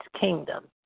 kingdom